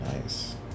Nice